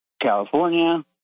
California